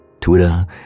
Twitter